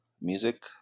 music